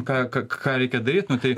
ką k ką reikia daryt tai